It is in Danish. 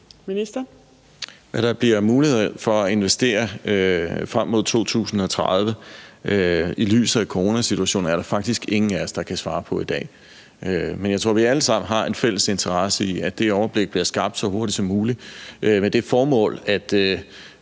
Hvad der bliver mulighed for at investere for frem mod 2030 i lyset af coronasituationen, er der faktisk ingen af os der kan svare på i dag. Men jeg tror, at vi alle sammen har en fælles interesse i, at det overblik bliver skabt så hurtigt som muligt med det formål at